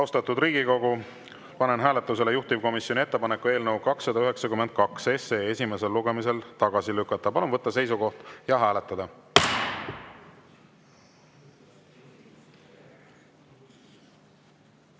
Riigikogu, panen hääletusele juhtivkomisjoni ettepaneku eelnõu 292 esimesel lugemisel tagasi lükata. Palun võtta seisukoht ja hääletada!